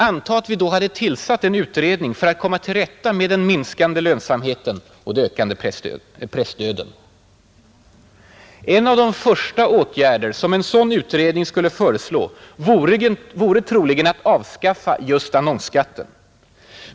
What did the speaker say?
Anta, att vi då tillsatt en utredning för att komma till rätta med den minskande lönsamheten och den ökande pressdöden! En av de första åtgärder en sådan utredning skulle föreslå vore troligen att avskaffa just annonsskatten.